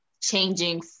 changing